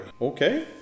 Okay